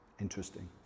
Interesting